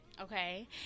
Okay